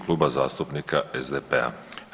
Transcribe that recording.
Kluba zastupnika SDP-a.